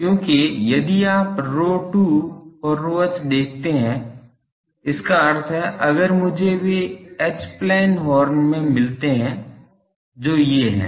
क्योंकि यदि आप ρ2 और ρh देखते हैं इसका अर्थ है अगर मुझे वे एच प्लेन हॉर्न में मिलते हैं जो ये हैं